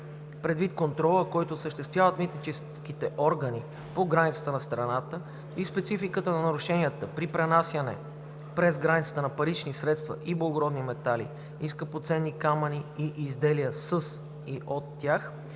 Предвид контрола, който осъществяват митническите органи по границата на страната, и спецификата на нарушенията при пренасяне през границата на парични средства и благородни метали и скъпоценни камъни и изделия със и от тях